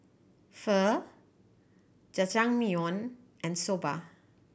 Pho Jajangmyeon and Soba